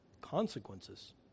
consequences